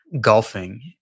golfing